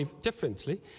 differently